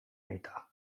aita